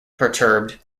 perturbed